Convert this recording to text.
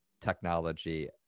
technology